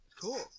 cool